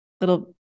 little